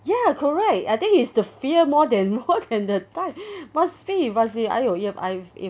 ya correct I think it's the fear more than more than the time must pay must pay !aiyo! I've if